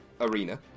arena